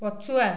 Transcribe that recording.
ପଛୁଆ